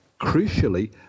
crucially